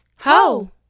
ho